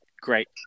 great